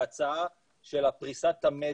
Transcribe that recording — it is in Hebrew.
בהצעה של פריסת המדיה,